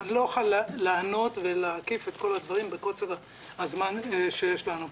לא אוכל לענות ולהקיף את כל הדברים בזמן הקצר שיש לנו פה.